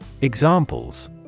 Examples